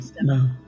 no